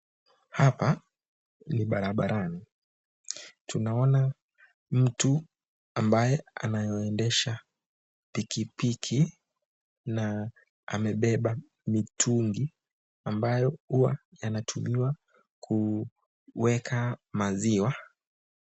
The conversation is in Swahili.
Hapa ni barabarani tunaona mtu ambaye anaendesha pikipiki na amebeba mitungi ambayo huwa yanatumiwa kuweka maziwa.